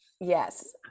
yes